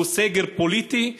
שהוא סגר פוליטי.